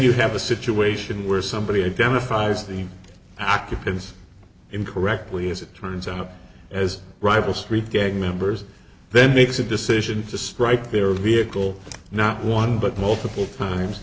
you have a situation where somebody identifies the occupants in correctly as it turns out as rival street gang members then makes a decision to strike their vehicle not one but multiple times